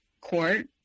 court